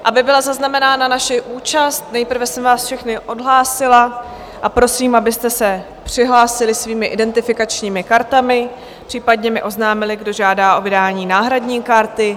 Aby byla zaznamenána naše účast, nejprve jsem vás všechny odhlásila a prosím, abyste se přihlásili svými identifikačními kartami, případně mi oznámili, kdo žádá o vydání náhradní karty.